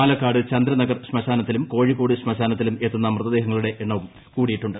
പാലക്കാട് ചന്ദ്രനഗർ ശ്മശാനത്തിലും കോഴിക്കോട് ശ്മശാനത്തിലും എത്തുന്ന മൃതദേഹങ്ങളുടെ എണ്ണം കൂടിയിട്ടുണ്ട്